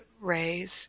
rays